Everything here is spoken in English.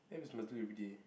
abs you must do everyday